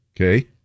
Okay